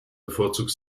bevorzugt